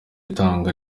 itangwa